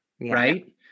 right